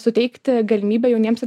suteikti galimybę jauniems